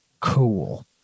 cool